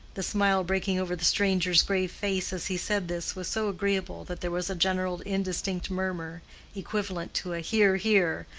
the smile breaking over the stranger's grave face as he said this was so agreeable that there was a general indistinct murmur equivalent to a hear, hear,